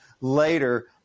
later